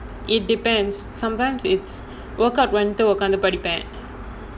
it depends sometimes it's workout உட்கார்ந்து படிப்பேன்:utkaarnthu padippaen